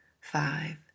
five